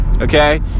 okay